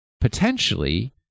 Potentially